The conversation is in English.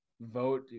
vote